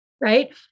Right